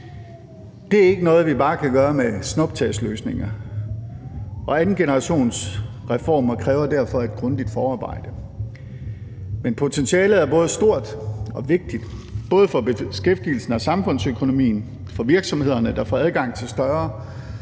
Det er ikke noget, vi bare kan gøre med snuptagsløsninger. Andengenerationsreformer kræver derfor et grundigt forarbejde. Men potentialet er både stort og vigtigt både for beskæftigelsen og samfundsøkonomien, for virksomhederne, der får adgang til en større